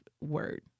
word